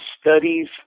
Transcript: studies